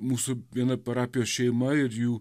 mūsų viena parapijos šeima ir jų